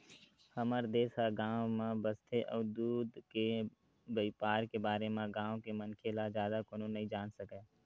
हमर देस ह गाँव म बसथे अउ दूद के बइपार के बारे म गाँव के मनखे ले जादा कोनो नइ जान सकय